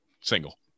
Single